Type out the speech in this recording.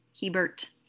Hebert